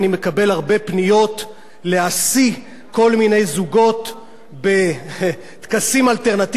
אני מקבל הרבה פניות להשיא כל מיני זוגות בטקסים אלטרנטיביים כאלה.